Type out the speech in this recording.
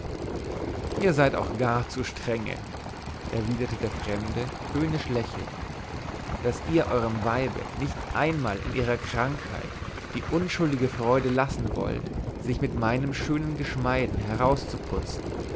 ihr seid auch gar zu strenge erwiderte der fremde höhnisch lächelnd daß ihr euerm weibe nicht einmal in ihrer krankheit die unschuldige freude lassen wollt sich mit meinen schönen geschmeiden herauszuputzen